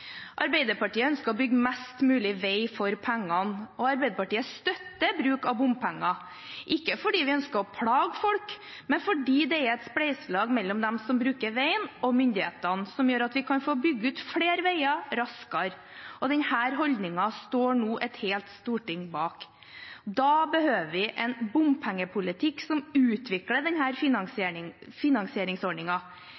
Arbeiderpartiet ønsker å bygge mest mulig vei for pengene. Arbeiderpartiet støtter bruk av bompenger, ikke fordi vi ønsker å plage folk, men fordi det er et spleiselag mellom dem som bruker veien og myndighetene, som gjør at vi kan få bygd ut flere veier raskere. Denne holdningen står det nå et helt storting bak. Da behøver vi en bompengepolitikk som utvikler denne finansieringsordningen, ikke en politikk som skal tåkelegge den,